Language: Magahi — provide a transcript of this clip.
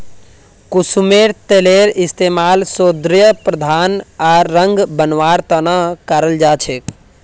कुसुमेर तेलेर इस्तमाल सौंदर्य प्रसाधन आर रंग बनव्वार त न कराल जा छेक